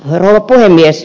rouva puhemies